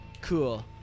Cool